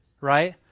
Right